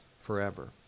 forever